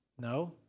No